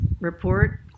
report